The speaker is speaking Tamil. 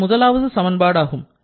இது முதலாவது சமன்பாடு ஆகும்